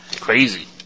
crazy